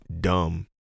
dumb